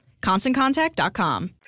ConstantContact.com